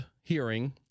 hearing